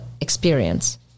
experience